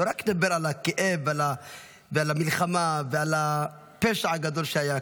לא רק לדבר על הכאב ועל המלחמה ועל הפשע הגדול שהיה כאן.